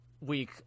week